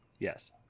Yes